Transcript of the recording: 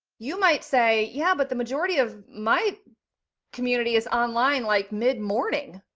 you might say, yeah, but the majority of my community is online like mid morning.